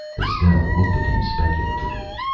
estelle looked at him speculatively.